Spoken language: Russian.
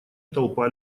толпа